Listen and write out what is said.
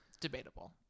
debatable